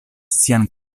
sian